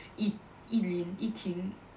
Yi~ Yi Ling Yi Ting